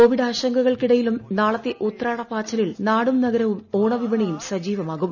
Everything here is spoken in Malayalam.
കോവിഡ് ആശങ്കകൾക്കിടയിലും നാളത്തെ ഉത്രാടപ്പാച്ചിലിൽ നാടും നഗരവും ഓണവിപണിയും സജീവമാകും